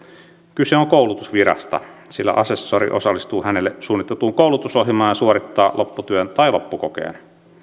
kyse on koulutusvirasta sillä asessori osallistuu hänelle suunniteltuun koulutusohjelmaan ja suorittaa lopputyön tai loppukokeen